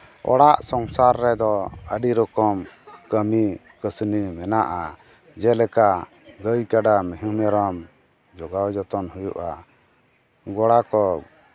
ᱚᱲᱟᱜ ᱥᱚᱝᱥᱟᱨ ᱨᱮᱫᱚ ᱟᱹᱰᱤ ᱨᱚᱠᱚᱢ ᱠᱟᱹᱢᱤ ᱠᱟᱹᱥᱱᱤ ᱢᱮᱱᱟᱜᱼᱟ ᱡᱮᱞᱮᱠᱟ ᱜᱟᱹᱭ ᱠᱟᱰᱟ ᱢᱤᱦᱩ ᱢᱮᱨᱚᱢ ᱡᱚᱜᱟᱣ ᱡᱚᱛᱚᱱ ᱦᱩᱭᱩᱜᱼᱟ ᱜᱚᱲᱟ ᱠᱚ